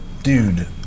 Dude